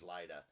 later